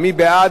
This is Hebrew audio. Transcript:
מי נגד?